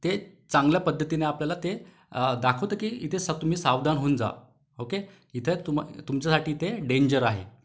ते चांगल्या पद्धतीने आपल्याला ते दाखवतं की इथे सा तुमी सावधान होऊन जा ओके इथे तुम तुमच्यासाठी इथे डेंजर आहे